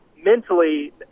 Mentally